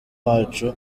wacu